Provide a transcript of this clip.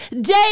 day